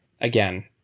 again